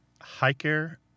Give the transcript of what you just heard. Hiker